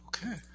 Okay